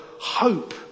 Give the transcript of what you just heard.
hope